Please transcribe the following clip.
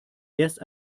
erst